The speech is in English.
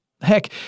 Heck